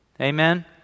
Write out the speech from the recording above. Amen